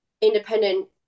independent